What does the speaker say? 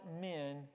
men